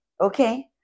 Okay